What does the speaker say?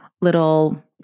little